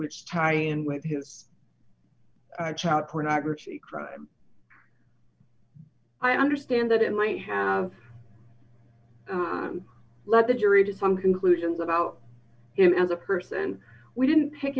which tie in with his child pornography crime i understand that it might have led the jury to some conclusions about him as a person we didn't